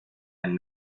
and